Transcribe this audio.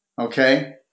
Okay